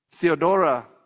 Theodora